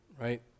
right